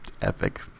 epic